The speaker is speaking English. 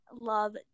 love